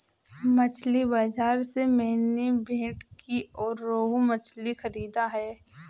मछली बाजार से मैंने भेंटकी और रोहू मछली खरीदा है